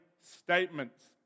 statements